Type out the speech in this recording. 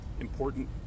important